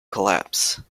collapse